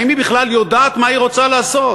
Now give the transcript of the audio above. האם היא בכלל יודעת מה היא רוצה לעשות?